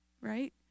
right